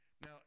Now